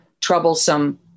troublesome